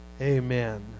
Amen